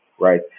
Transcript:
right